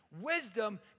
wisdom